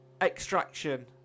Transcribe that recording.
extraction